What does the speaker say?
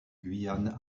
guyane